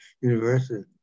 university